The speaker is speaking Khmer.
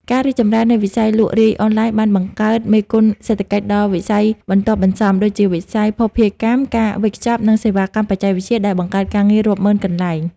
ការរីកចម្រើននៃវិស័យលក់រាយអនឡាញបានបង្កើត មេគុណសេដ្ឋកិច្ច ដល់វិស័យបន្ទាប់បន្សំ ដូចជាវិស័យភស្តុភារកម្ម ការវេចខ្ចប់ និងសេវាកម្មបច្ចេកវិទ្យា ដែលបង្កើតការងាររាប់ម៉ឺនកន្លែង។